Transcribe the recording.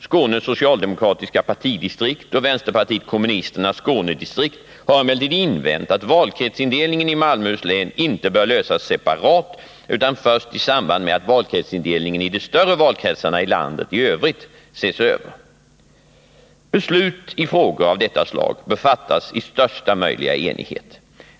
Skånes socialdemokratiska partidistrikt och vänsterpartiet kommunisternas Skånedistrikt har emellertid invänt att valkretsindelningen i Malmöhus län inte bör lösas separat utan först i samband med att valkretsindelningen i de större valkretsarna i landet i övrigt ses över. Beslut i frågor av detta slag bör fattas i största möjliga enighet.